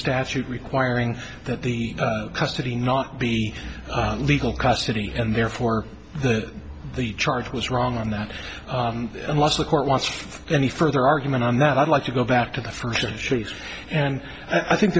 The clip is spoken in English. statute requiring that the custody not be legal capacity and therefore that the charge was wrong on that unless the court wants any further argument on that i'd like to go back to the first and i think